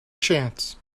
chance